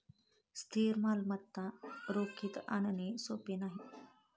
स्थिर मालमत्ता रोखीत आणणे सोपे नाही